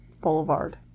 Boulevard